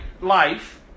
life